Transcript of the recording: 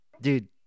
Dude